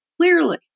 Clearly